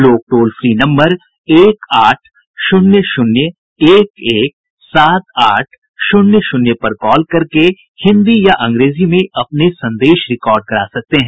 लोग toll free number एक आठ शून्य शून्य एक एक सात आठ शून्य शून्य पर कॉल करके हिन्दी या अंग्रेजी में अपने संदेश रिकॉर्ड करा सकते हैं